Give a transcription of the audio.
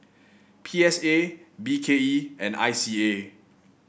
P S A B K E and I C A